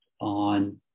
on